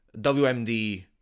WMD